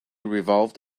revolved